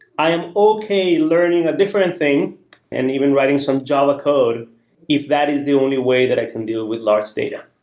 i am okay learning a different thing and even writing some java code if that is the only way that i can deal with large data.